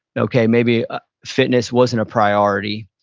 okay maybe fitness wasn't a priority,